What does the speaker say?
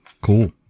cool